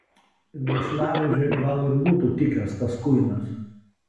mėšlavežiui gal ir būtų tikęs tas kuinas